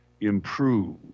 improve